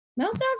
meltdowns